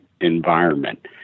environment